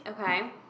Okay